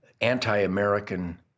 anti-American